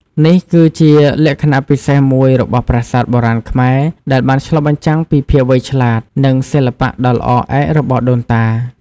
នេះគឺជាលក្ខណៈពិសេសមួយរបស់ប្រាសាទបុរាណខ្មែរ ដែលបានឆ្លុះបញ្ចាំងពីភាពវៃឆ្លាតនិងសិល្បៈដ៏ល្អឯករបស់ដូនតា។